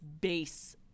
base